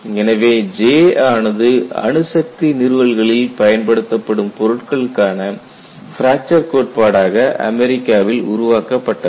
எனவே J ஆனது அணுசக்தி நிறுவல்களில் பயன்படுத்தப்படும் பொருட்களுக்கான பிராக்சர் கோட்பாடாக அமெரிக்காவில் உருவாக்கப்பட்டது